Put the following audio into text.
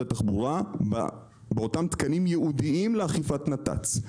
התחבורה באותם תקנים ייעודיים לאכיפת נת"צ.